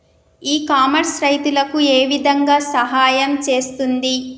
ఇ commerce రైతులకు ఏ విధంగా సహాయం చేస్తుంది?